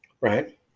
Right